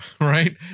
right